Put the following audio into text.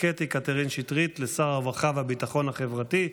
קטי קטרין שטרית לשר הרווחה והביטחון החברתי,